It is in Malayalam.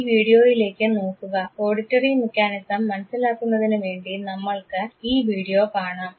ഈ വീഡിയോയിലേക്ക് നോക്കുക ഓഡിറ്ററി മെക്കാനിസം മനസ്സിലാക്കുന്നതിനുവേണ്ടി നമ്മൾക്ക് ഈ വീഡിയോ കാണാം